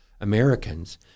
Americans